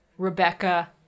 Rebecca